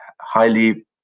highly